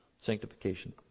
Sanctification